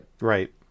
Right